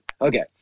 Okay